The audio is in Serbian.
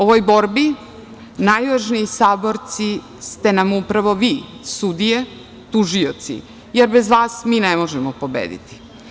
Ovoj borbi najvažniji saborci ste nam upravo vi, sudije, tužioci, jer bez vas mi ne možemo pobediti.